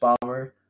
bomber